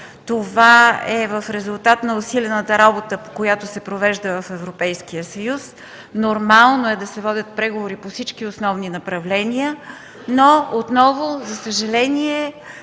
Това е в резултат на усилената работа, която се провежда в Европейския съюз. Нормално е да се водят преговори по всички основни направления, но ще кажа отново, за съжаление